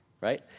right